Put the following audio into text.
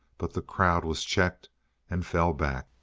but the crowd was checked and fell back.